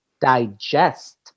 digest